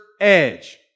edge